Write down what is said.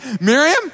Miriam